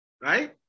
right